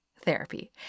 therapy